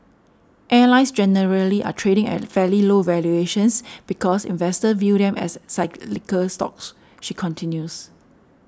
airlines generally are trading at fairly low valuations because investors view them as cyclical stocks she continues